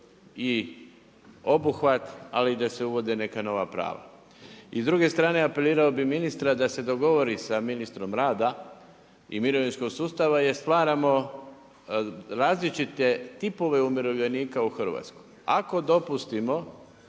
i obuhvat ali i da se uvode neka nova prava. I s druge strane apelirao bih ministra da se dogovori sa ministrom rada i mirovinskog sustava jer stvaramo različite tipove umirovljenika u Hrvatskoj. Ako dopustimo